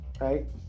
right